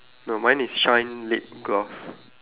no mine is shine lip gloss